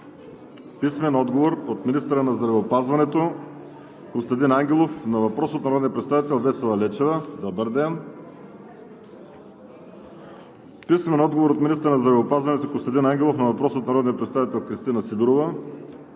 и Нона Йотова. - от министъра на здравеопазването Костадин Ангелов на въпрос от народния представител Весела Лечева; - от министъра на здравеопазването Костадин Ангелов на въпрос от народния представител Кристина Сидорова;